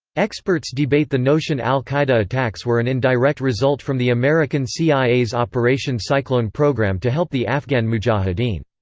experts debate the notion al-qaeda attacks were an indirect result from the american cia's operation cyclone program to help the afghan mujahideen.